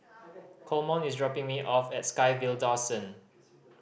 Coleman is dropping me off at SkyVille Dawson